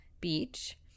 Beach